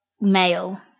male